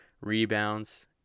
rebounds